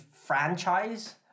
franchise